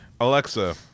Alexa